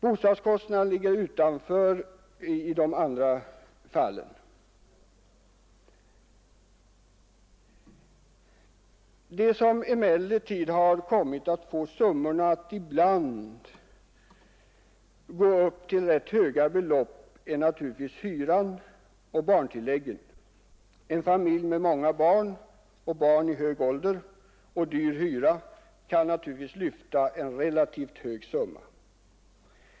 Bostadskostnaden ligger utanför i de andra fallen. Det som emellertid har kommit socialhjälpen att ibland gå upp till rätt höga belopp är naturligtvis hyran och barntilläggen. En familj med många barn i t.ex. mer kostnadskrävande åldrar och med dyr hyra kan lyfta en relativt stor summa.